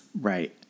Right